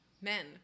Men